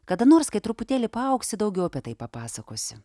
kada nors kai truputėlį paaugsi daugiau apie tai papasakosiu